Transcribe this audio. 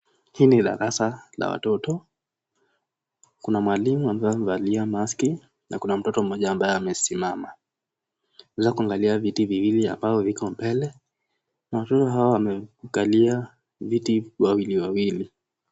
Hii ni darasa la watoto, kuna mwalimu aliyevalia maski , na kuna mtoto mmoja ambaye amesimama. Tunaweza kuangalia viti viwili ambavyo mbele, na watoto hawa wamekalia viti wawili wawili.